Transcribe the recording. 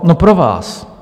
No, pro vás!